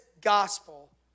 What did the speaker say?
gospel